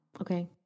okay